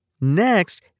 Next